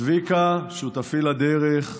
צביקה, שותפי לדרך,